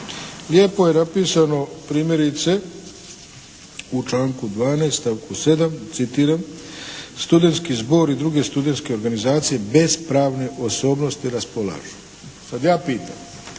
Lijepo je napisano primjerice u članku 12. stavku 7. Citiram: “Studentski zbor i druge studentske organizacije bez pravne osobnosti raspolažu. Sad ja pitam